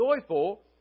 joyful